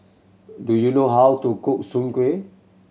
do you know how to cook Soon Kueh